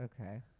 okay